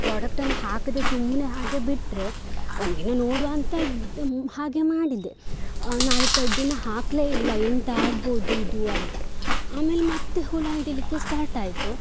ಪ್ರೊಡಕ್ಟನ್ನು ಹಾಕದೇ ಸುಮ್ಮನೆ ಹಾಗೇ ಬಿಟ್ಟರೆ ಒಂದು ದಿನ ನೋಡುವಾಂತ ಇದು ಹಾಗೆ ಮಾಡಿದೆ ನಾಲ್ಕೈದು ದಿನ ಹಾಕಲೇ ಇಲ್ಲ ಎಂತ ಆಗ್ಬೋದು ಇದು ಅಂತ ಆಮೇಲೆ ಮತ್ತು ಹುಳು ಹಿಡೀಲಿಕ್ಕೆ ಸ್ಟಾರ್ಟಾಯಿತು